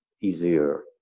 easier